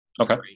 Okay